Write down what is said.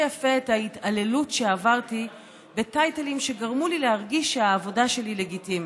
יפה את ההתעללות שעברתי בטייטלים שגרמו לי להרגיש שהעבודה שלי לגיטימית: